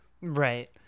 Right